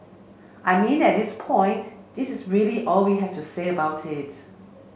I mean at this point this is really all that I have to say about it